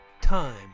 Time